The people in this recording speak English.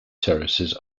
terraces